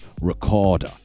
recorder